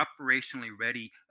operationally-ready